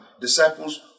disciples